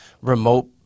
remote